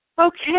Okay